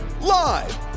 Live